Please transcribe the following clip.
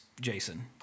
Jason